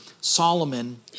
Solomon